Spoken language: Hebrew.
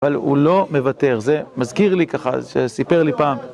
אבל הוא לא מוותר, זה מזכיר לי ככה, שסיפר לי פעם.